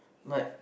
like